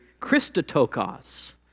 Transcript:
Christotokos